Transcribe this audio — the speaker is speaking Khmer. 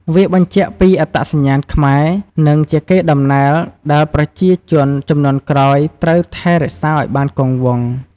វាបញ្ជាក់ពីអត្តសញ្ញាណខ្មែរ និងជាកេរដំណែលដែលប្រជាជនជំនាន់ក្រោយត្រូវថែរក្សាឲ្យបានគង់វង្ស។